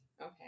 Okay